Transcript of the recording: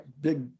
big